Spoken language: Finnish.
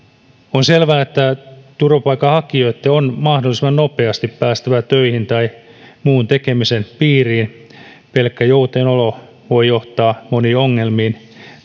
on selvää että turvapaikanhakijoitten on mahdollisimman nopeasti päästävä töihin tai muun tekemisen piiriin pelkkä joutenolo voi johtaa moniin ongelmiin